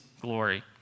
glory